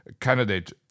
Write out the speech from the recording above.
candidate